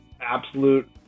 absolute